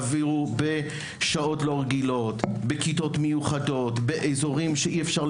אני סבור שאם תעזרו למורים של אולפנים,